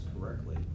correctly